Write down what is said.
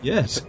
Yes